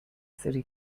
city